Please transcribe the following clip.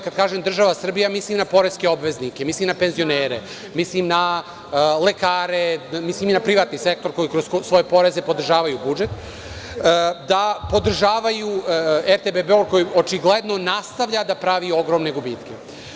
Kad kažem država Srbija, mislim na poreske obveznike, mislim na penzionere, mislim na lekare, mislim i na privatni sektor koji kroz svoje poreze podržavaju budžet, da podržavaju RTB Bor koji očigledno nastavlja da pravi ogromne gubitke.